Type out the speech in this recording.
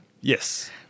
Yes